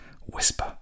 whisper